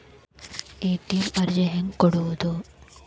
ATM ಅರ್ಜಿ ಹೆಂಗೆ ಕೊಡುವುದು?